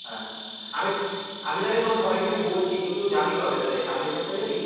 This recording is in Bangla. হ্যাঁ আমি আমি তালে শোন সবাইকে আমি বলছি কিন্তু যাবি কবে তাহলে সামনের সপ্তাহে যাবি